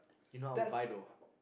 if not I would buy though